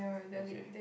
okay